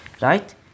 Right